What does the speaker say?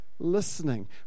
listening